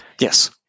Yes